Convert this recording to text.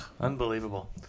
Unbelievable